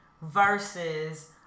versus